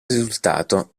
risultato